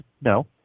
no